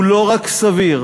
הוא לא רק סביר,